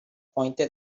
pointed